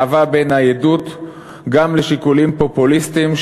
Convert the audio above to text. מהווה בעיני עדות גם לשיקולים פופוליסטיים,